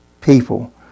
people